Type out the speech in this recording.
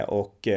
och